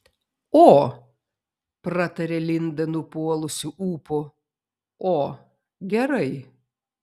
o pratarė linda nupuolusiu ūpu o gerai